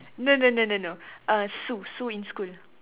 no no no no no uh Sue Sue in school